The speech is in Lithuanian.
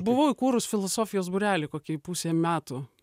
buvau įkūrus filosofijos būrelį kokiai pusei metų